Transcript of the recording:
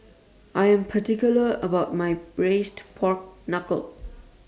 I Am particular about My Braised Pork Knuckle